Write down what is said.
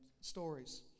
stories